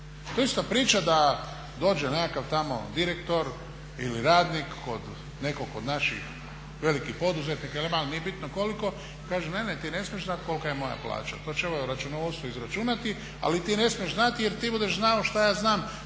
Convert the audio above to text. To je ista priča da dođe nekakav tamo direktor ili radnik kod nekog od naših velikih poduzetnika ili malih, nije bitno koliko, i kaže ne, ne ti ne smiješ znati kolika je moja plaća. To će ovaj u računovodstvu izračunati, ali ti ne smiješ znati jer ti budeš znao što ja znam